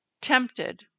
tempted